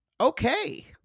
Okay